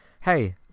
hey